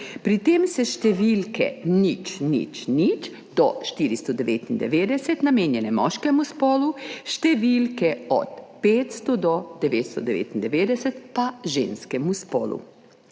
Pri tem so številke 000 do 499 namenjene moškemu spolu, številke od 500 do 999 pa ženskemu spolu.